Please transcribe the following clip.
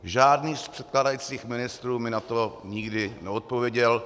Žádný z předkládajících ministrů mi na to nikdy neodpověděl.